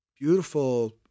beautiful